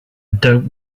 dope